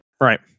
Right